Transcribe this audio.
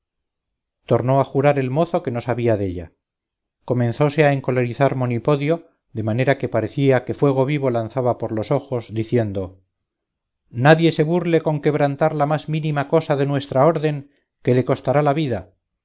tornó a jurar el mozo que no sabía della comenzóse a encolerizar monipodio de manera que parecía que fuego vivo lanzaba por los ojos diciendo nadie se burle con quebrantar la más mínima cosa de nuestra orden que le costará la vida